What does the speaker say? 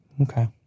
Okay